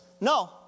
no